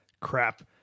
crap